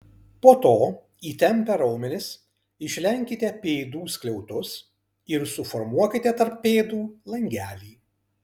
po to įtempę raumenis išlenkite pėdų skliautus ir suformuokite tarp pėdų langelį